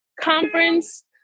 conference